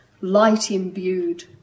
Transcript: light-imbued